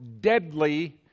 deadly